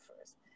first